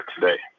today